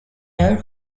air